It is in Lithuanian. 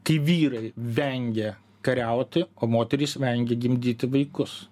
kai vyrai vengia kariauti o moterys vengia gimdyti vaikus